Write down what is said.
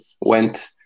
Went